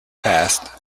past